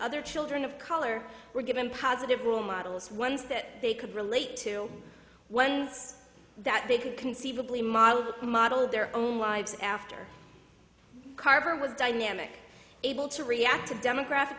other children of color were given positive role models ones that they could relate to one that they can conceivably model a model of their own lives after carver was dynamic able to react to demographic